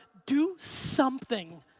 do something,